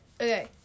Okay